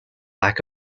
lack